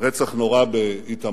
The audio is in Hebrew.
רצח נורא באיתמר,